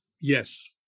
Yes